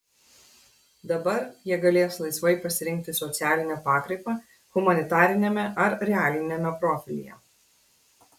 dabar jie galės laisvai pasirinkti socialinę pakraipą humanitariniame ar realiniame profilyje